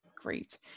Great